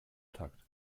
takt